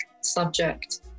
subject